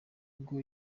ubwo